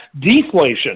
deflation